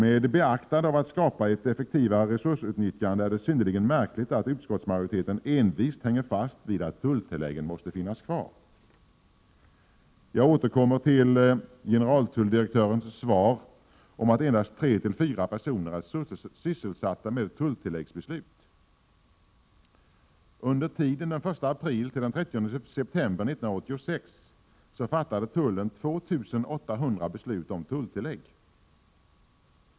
Med beaktande av att det bör skapas ett effektivare resursutnyttjande är det synnerligen märkligt att utskottsmajoriteten envist hänger fast vid att tulltilläggen måste finnas kvar. Jag återkommer till generaltulldirektörens svar att endast tre fyra personer är sysselsatta med tulltilläggsbeslut. Under tiden 1 april-30 september 1986 fattade tullen 2 800 beslut om tulltillägg.